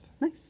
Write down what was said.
Nice